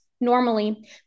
Normally